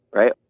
right